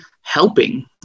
helping